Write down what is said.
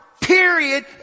Period